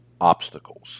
obstacles